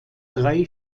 drei